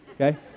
Okay